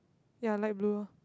ya light blue orh